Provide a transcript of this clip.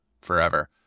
forever